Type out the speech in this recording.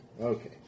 okay